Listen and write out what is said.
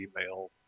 email